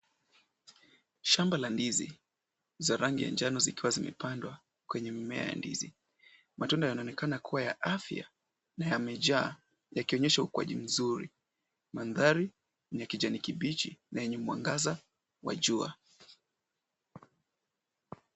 Shamba la ndizi za rangi ya njano zikiwa zimepandwa kwenye mimea ya ndizi. Matunda yanaonekana kuwa ya afya na yamejaa yakionyesha ukuaji mzuri. Mandhari ni ya kijani kibichi na yenye mwangaza wa jua.